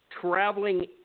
traveling